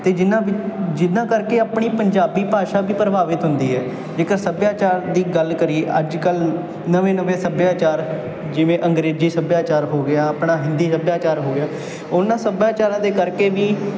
ਅਤੇ ਜਿਹਨਾਂ ਵਿੱਚ ਜਿਹਨਾਂ ਕਰਕੇ ਆਪਣੀ ਪੰਜਾਬੀ ਭਾਸ਼ਾ ਵੀ ਪ੍ਰਭਾਵਿਤ ਹੁੰਦੀ ਹੈ ਜੇਕਰ ਸੱਭਿਆਚਾਰ ਦੀ ਗੱਲ ਕਰੀਏ ਅੱਜ ਕੱਲ੍ਹ ਨਵੇਂ ਨਵੇਂ ਸੱਭਿਆਚਾਰ ਜਿਵੇਂ ਅੰਗਰੇਜ਼ੀ ਸੱਭਿਆਚਾਰ ਹੋ ਗਿਆ ਆਪਣਾ ਹਿੰਦੀ ਸੱਭਿਆਚਾਰ ਹੋ ਗਿਆ ਉਹਨਾਂ ਸੱਭਿਆਚਾਰਾਂ ਦੇ ਕਰਕੇ ਵੀ